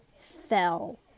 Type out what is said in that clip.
fell